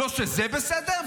לא שזה בסדר,